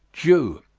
jew,